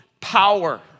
power